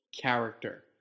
character